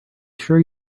sure